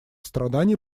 страданий